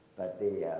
but the,